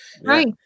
Right